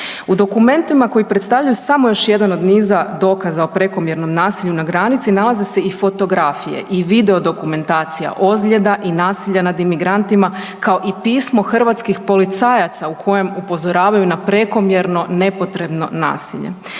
U dokumentima koji predstavljaju samo još jedan od niza dokaza o prekomjernom nasilju na granici nalaze se i fotografije i video dokumentacija ozljeda i nasilja nad emigrantima kao i pismo hrvatskih policajaca u kojim upozoravaju na prekomjerno nepotrebno nasilje,